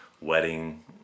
wedding